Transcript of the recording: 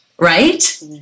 right